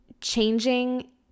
changing